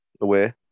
away